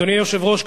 אדוני היושב-ראש,